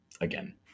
Again